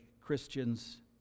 Christians